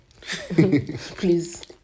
Please